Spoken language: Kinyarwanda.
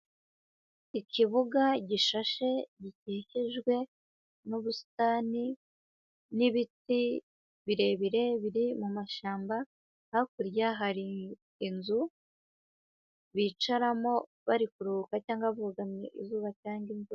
Ikibuga gishashe gikikijwe n'ubusitani n'ibiti birebire biri mu mashyamba, hakurya hari inzu bicaramo bari kuruhuka cyangwa bugamye izuba cyangwa imvura.